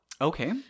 Okay